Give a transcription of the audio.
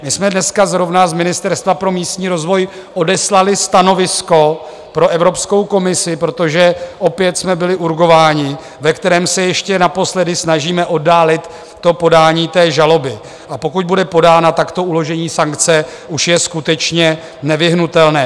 My jsme dneska zrovna z Ministerstva pro místní rozvoj odeslali stanovisko pro Evropskou komisi, protože opět jsme byli urgováni, ve kterém se ještě naposledy snažíme oddálit podání žaloby, a pokud bude podána, tak uložení sankce už je skutečně nevyhnutelné.